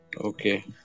Okay